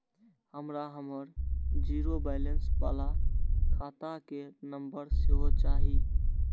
हमरा हमर zero balance बाला खाता के नम्बर सेहो चाही